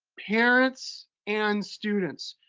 parents and students,